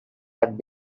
had